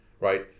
right